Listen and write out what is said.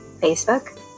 Facebook